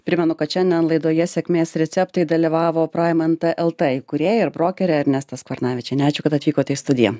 primenu kad šiandien laidoje sėkmės receptai dalyvavo praim nt lt įkūrėja ir brokerė ernesta skvarnavičienė ačiū kad atvykote į studiją